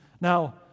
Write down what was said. Now